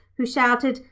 who shouted,